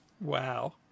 Wow